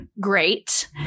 great